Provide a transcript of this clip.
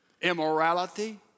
immorality